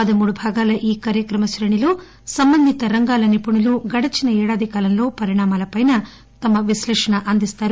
పదమూడు భాగాల ఈ కార్యక్రమ శ్రేణిలో సంబంధిత రంగాల నిపుణులు గడచిన ఏడాది కాలంలో పరిణామాలపైనా తమ విశ్లేషణ అందిస్తారు